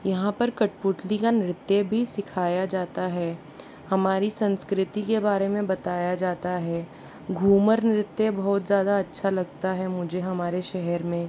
यहाँ पर कठपुतली का नृत्य भी सिखाया जाता है हमारी संस्कृति के बारे में बताया जाता है घूमर नृत्य बहुत ज़्यादा अच्छा लगता है मुझे हमारे शहर में